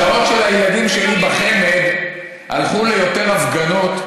בשעות של הילדים שלי בחמ"ד הלכו ליותר הפגנות,